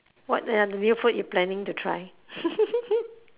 what are the new food you planning to try